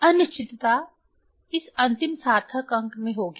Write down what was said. अनिश्चितता इस अंतिम सार्थक अंक में होगी